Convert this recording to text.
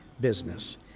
business